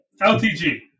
LTG